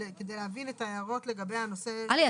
כדי להבין את ההערות לגבי הנושא -- עלי,